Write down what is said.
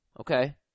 Okay